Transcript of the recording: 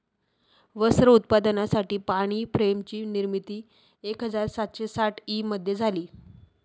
वस्त्र उत्पादनासाठी पाणी फ्रेम ची निर्मिती एक हजार सातशे साठ ई मध्ये झाली